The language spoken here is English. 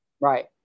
right